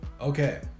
okay